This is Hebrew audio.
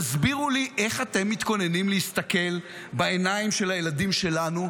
תסבירו לי איך אתם מתכוננים להסתכל בעיניים של הילדים שלנו,